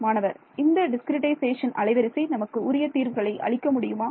மாணவர் இந்த டிஸ்கிரிட்டைசேஷன் அலைவரிசை நமக்கு உரிய தீர்வுகளை அளிக்க முடியுமா